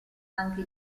anche